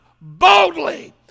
boldly